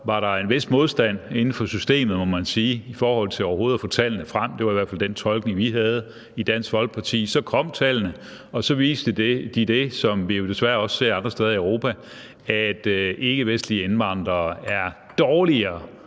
var der en vis modstand inden for systemet, må man sige, i forhold til overhovedet at få tallene frem – det var i hvert fald den tolkning, vi havde i Dansk Folkeparti. Så kom tallene, og så viste de det, som vi jo desværre også ser andre steder i Europa, nemlig at ikkevestlige indvandrere er dårligere